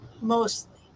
mostly